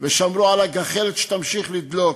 ושמרו על הגחלת שתמשיך לדלוק,